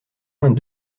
moins